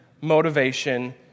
motivation